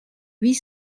huit